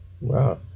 wow